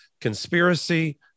conspiracy